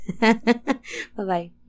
Bye-bye